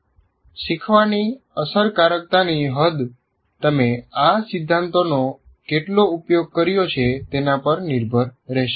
' શીખવાની અસરકારકતાની હદ તમે આ સિદ્ધાંતોનો કેટલો ઉપયોગ કર્યો છે તેના પર નિર્ભર રહેશે